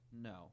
No